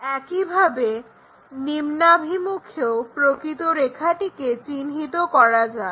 একইভাবে নিম্নাভিমুখেও প্রকৃত রেখাটিকে চিহ্নিত করা যাক